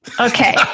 okay